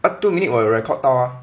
two minute 我有 record 到 ah